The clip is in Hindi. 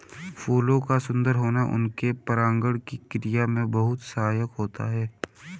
फूलों का सुंदर होना उनके परागण की क्रिया में बहुत सहायक होता है